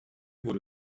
wurde